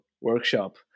workshop